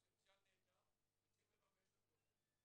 פוטנציאל נהדר, וצריכים לממש אותו.